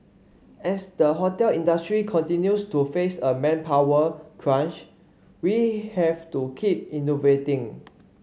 as the hotel industry continues to face a manpower crunch we have to keep innovating